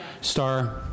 Star